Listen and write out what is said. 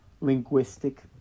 linguistic